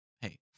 hey